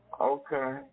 okay